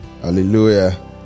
Hallelujah